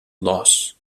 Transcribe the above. loss